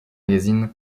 magazines